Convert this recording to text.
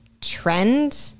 trend